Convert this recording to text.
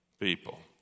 People